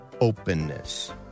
openness